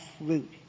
route